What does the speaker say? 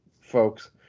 folks